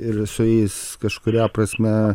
ir su jais kažkuria prasme